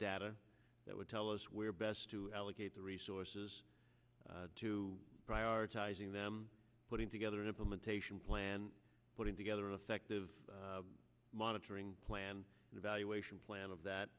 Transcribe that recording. data that would tell us where best to allocate the resources to prioritizing them putting together an implementation plan putting together affective monitoring plan evaluation plan of